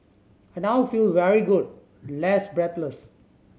I now feel very good less breathless